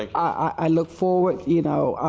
i look forward you know,